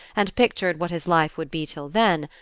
and pictured what his life would be till then,